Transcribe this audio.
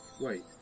wait